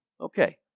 Okay